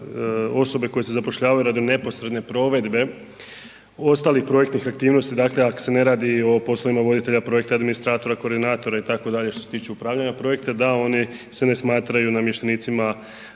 koje se zapošljavaju radi neposredne provedbe ostalih projektnih aktivnosti, dakle ako se ne radi o poslovima voditelja projekta, administratora, koordinatora itd., što se tiče upravljanja projekta da oni se ne smatraju namještenicima